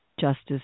justice